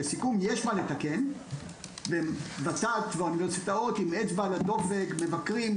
לסיכום: יש מה לתקן וות"ת והאוניברסיטאות עם האצבע על הדופק ומבקרים.